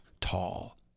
tall